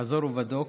חזור ובדוק.